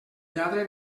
lladre